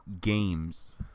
games